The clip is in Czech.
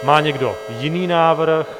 Má někdo jiný návrh?